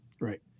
Right